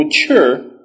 mature